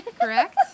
Correct